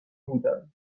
بودند